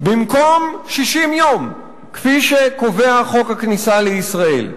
במקום 60 יום, כפי שקובע חוק הכניסה לישראל.